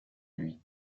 lui